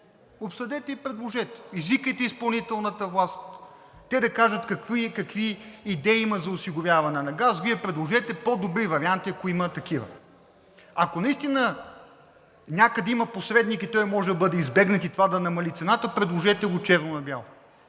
обсъдете и предложете, извикайте изпълнителната власт, те да кажат какви идеи има за осигуряване на газ, Вие предложете по-добри варианти, ако има такива. Ако наистина някъде има посредник, той може да бъде избегнат и това да намали цената, предложете го черно на бяло,